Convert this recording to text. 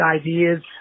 ideas